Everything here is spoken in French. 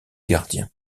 gardien